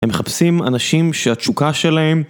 הם מחפשים אנשים שהתשוקה שלהם